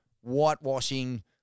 whitewashing